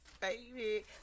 baby